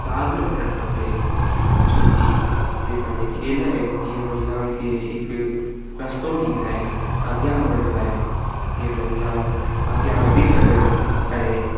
भागु वठणु खपे छोकी जेका हीअ खेल आहिनि हीअ महिलाऊं खे हिक रस्तो ॾींदा आहिनि अॻियां वधण लाइ के महिलाऊं अॻियां वधी सघनि ऐं